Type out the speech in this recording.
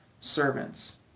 servants